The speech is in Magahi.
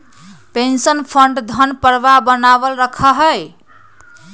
पेंशन फंड धन प्रवाह बनावल रखा हई